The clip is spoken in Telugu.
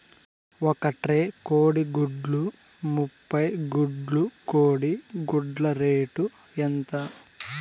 ఒక ట్రే కోడిగుడ్లు ముప్పై గుడ్లు కోడి గుడ్ల రేటు ఎంత?